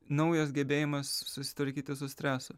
naujas gebėjimas susitvarkyti su stresu